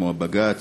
כמו בג"ץ,